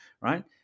right